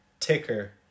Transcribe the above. Ticker